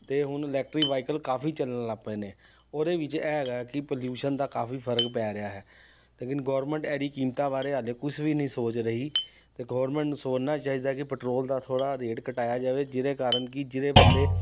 ਅਤੇ ਹੁਣ electric vehicle ਕਾਫੀ ਚੱਲਣ ਲੱਗ ਪਏ ਨੇ ਉਹਦੇ ਵਿੱਚ ਇਹ ਹੈਗਾ ਹੈ ਕਿ ਪੋਲਿਊਸ਼ਨ ਦਾ ਕਾਫੀ ਫਰਕ ਪੈ ਰਿਹਾ ਹੈ ਲੇਕਿਨ ਗੌਰਮਿੰਟ ਇਹਦੀ ਕੀਮਤਾਂ ਬਾਰੇ ਹਾਲੇ ਕੁਛ ਵੀ ਨਹੀਂ ਸੋਚ ਰਹੀ ਅਤੇ ਗੌਰਮਿੰਟ ਨੂੰ ਸੋਚਨਾ ਚਾਹੀਦਾ ਕਿ ਪਟਰੋਲ ਦਾ ਥੋੜ੍ਹਾ ਰੇਟ ਘਟਾਇਆ ਜਾਵੇ ਜਿਹਦੇ ਕਾਰਨ ਕਿ ਜਿਹਦੇ ਬੰਦੇ